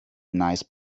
nice